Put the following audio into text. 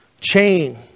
Chain